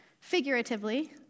figuratively